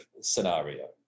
scenario